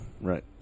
right